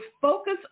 focus